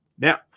Now